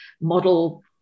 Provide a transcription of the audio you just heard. model